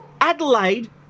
Adelaide